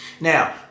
Now